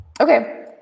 Okay